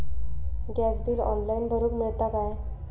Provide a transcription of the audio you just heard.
Gas bill online भरुक मिळता काय?